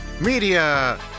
media